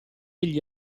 gli